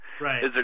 Right